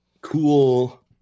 cool